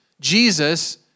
Jesus